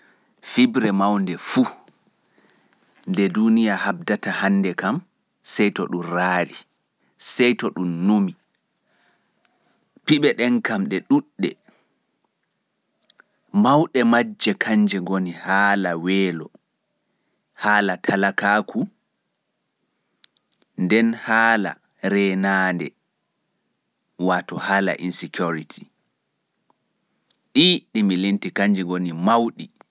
Fibre mawnde fu nde duniya habdata hannde kam sai to ɗun raari. Piɓe ɗen kam ɗe ɗuɗɗe. Mawɗe majje kanje ngoni bana haala welo e talakaaku, nden haala reenande.